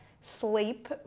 sleep